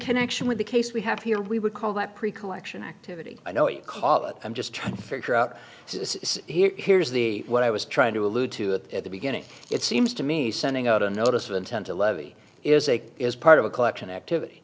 connection with the case we have here we would call that pretty cool action activity i know you call it i'm just trying to figure out it's here here's the what i was trying to allude to it at the beginning it seems to me sending out a notice of intent to levy is a is part of a collection activity